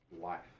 life